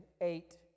eight